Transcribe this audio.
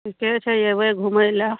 ठीके छै एबै घुमय लए